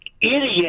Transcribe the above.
idiot